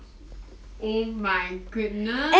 oh my goodness